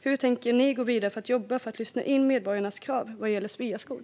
Hur tänker regeringen gå vidare i sitt jobb för att lyssna in medborgarnas krav vad gäller Sveaskog?